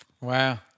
Wow